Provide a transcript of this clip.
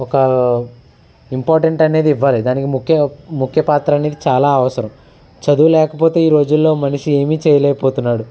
ఒకా ఇంపార్టెంట్ అనేది ఇవ్వాలి దానికి ముఖ్య ముఖ్యపాత్ర అనేది చాలా అవసరం చదువు లేకపోతే ఈ రోజుల్లో మనిషి ఏమీ చేయలేకపోతున్నాడు